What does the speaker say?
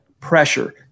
pressure –